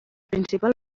principal